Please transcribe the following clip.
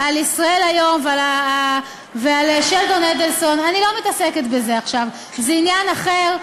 אני לא מתעסקת בזה עכשיו, זה עניין אחר.